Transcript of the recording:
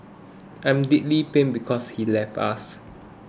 I'm deeply pained because he's left us